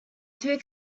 two